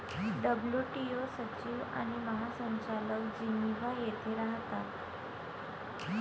WTO सचिव आणि महासंचालक जिनिव्हा येथे राहतात